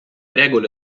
regole